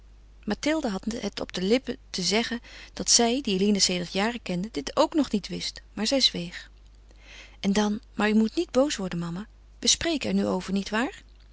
mathilde had het op de lippen te zeggen dat zij die eline sedert jaren kende dit ook nog niet wist maar zij zweeg en dan maar u moet niet boos worden mama we spreken er nu over